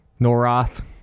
noroth